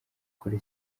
kure